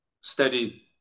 steady